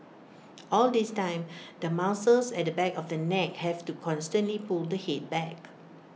all this time the muscles at the back of the neck have to constantly pull the Head back